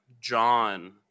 John